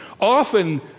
Often